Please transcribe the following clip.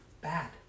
bad